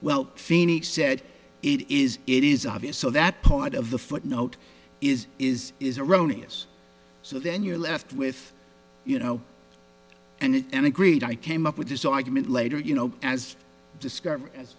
well feeney said it is it is obvious so that part of the footnote is is is erroneous so then you're left with you know and agreed i came up with this argument later you know as discover